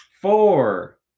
four